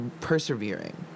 persevering